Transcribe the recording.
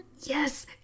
Yes